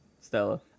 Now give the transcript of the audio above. Stella